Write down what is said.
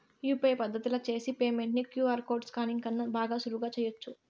UPI పద్దతిల చేసి payment ని క్యూ.ఆర్ కోడ్ స్కానింగ్ కన్నా కూడా సులువుగా చేయచ్చు